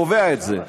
קובע את זה,